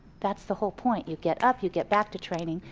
that's the whole point, you get up, you get back to training,